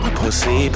pussy